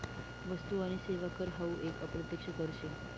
वस्तु आणि सेवा कर हावू एक अप्रत्यक्ष कर शे